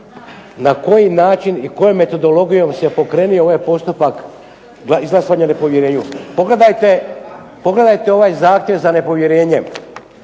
na koji način i kojom metodologijom se pokrenuo ovaj postupak izglasavanja nepovjerenju. Pogledajte ovaj zahtjev za nepovjerenje.